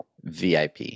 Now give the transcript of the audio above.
VIP